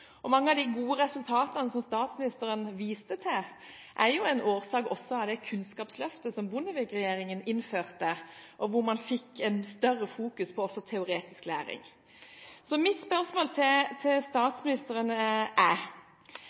Mange av de gode resultatene statsministeren viste til, er et resultat også av Kunnskapsløftet Bondevik-regjeringen innførte, hvor man fikk et større fokus på teoretisk læring. Mitt spørsmål til statsministeren er: